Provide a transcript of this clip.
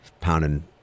pounding